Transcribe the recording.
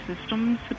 systems